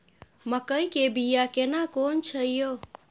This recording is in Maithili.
मकई के बिया केना कोन छै यो?